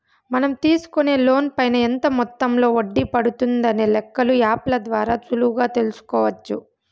మనం తీసుకునే లోన్ పైన ఎంత మొత్తంలో వడ్డీ పడుతుందనే లెక్కలు యాప్ ల ద్వారా సులువుగా తెల్సుకోవచ్చు